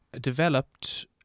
developed